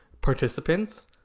participants